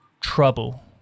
trouble